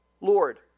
Lord